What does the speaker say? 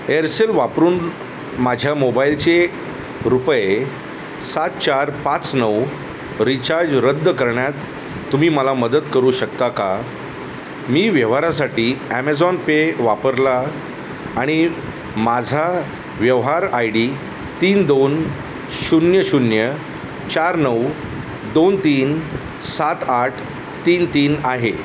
Aircel वापरून माझ्या मोबाईलचे रुपये सात चार पाच नऊ रिचार्ज रद्द करण्यात तुम्ही मला मदत करू शकता का मी व्यवहारासाठी ॲमेझॉन पे वापरला आणि माझा व्यवहार आय डी तीन दोन शून्य शून्य चार नऊ दोन तीन सात आठ तीन तीन आहे